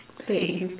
playing